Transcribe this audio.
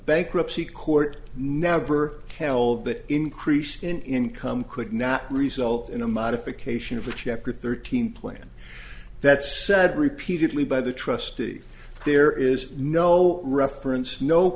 bankruptcy court never held that increased income could not result in a modification of a chapter thirteen plan that said repeatedly by the trustee there is no reference no